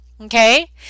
okay